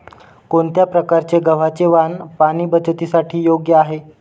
कोणत्या प्रकारचे गव्हाचे वाण पाणी बचतीसाठी योग्य आहे?